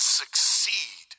succeed